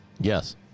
Yes